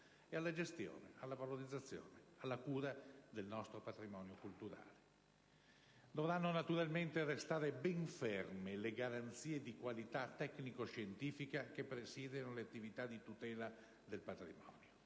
alla gestione, alla valorizzazione e alla cura del nostro patrimonio culturale. Dovranno, naturalmente, restare ben ferme le garanzie di qualità tecnico scientifica che presidia le attività di tutela del patrimonio,